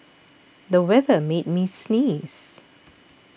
the weather made me sneeze